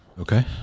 Okay